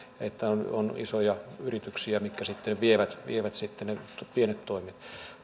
että on on isoja yrityksiä mitkä sitten vievät vievät ne pienet toimijat